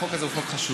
החוק הזה הוא חוק חשוב.